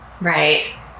right